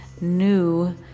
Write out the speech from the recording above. new